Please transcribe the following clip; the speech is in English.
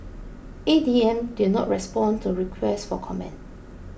A D M did not respond to requests for comment